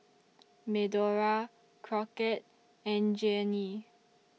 Medora Crockett and Jeanie